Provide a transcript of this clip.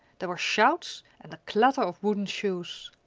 there were shouts, and the clatter of wooden shoes.